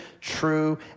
true